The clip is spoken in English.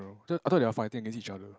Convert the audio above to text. I thought they're fighting against each other